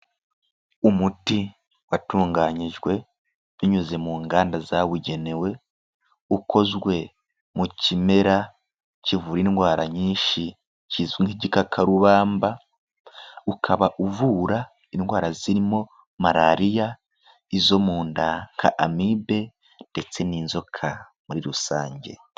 Umuti watunganyijwe binyuze mu nganda zabugenewe, ukozwe mu kimera kivura indwara nyinshi kizwi nk'igikakarubamba, ukaba uvura indwara zirimo malariya, izo mu nda nka amibe ndetse n'inzoka muri rusange.